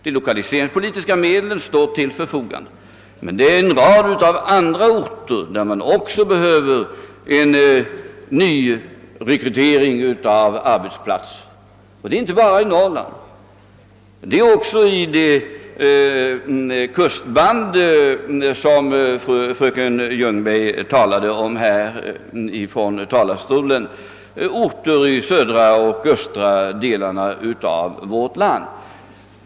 De lokaliseringspolitiska medlen står ju till förfogande, men det finns en rad av andra orter där man också behöver nya arbetstillfällen. Detta gäller inte bara Norrland utan också orter längs det kustband, som fröken Ljungberg talade om, i de södra och östra delarna av vårt land.